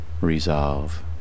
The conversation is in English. Resolve